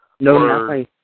No